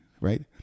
right